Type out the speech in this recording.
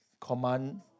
command